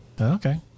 Okay